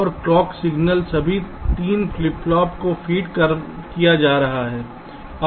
और clock signal सभी 3 flip flop को फीड किया जा रहा है